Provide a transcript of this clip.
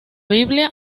biblia